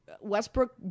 Westbrook